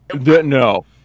No